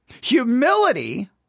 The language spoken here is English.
Humility